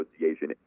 Association